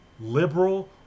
liberal